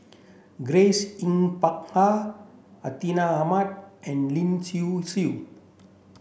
Grace Yin Peck Ha Hartinah Ahmad and Lin Hsin Hsin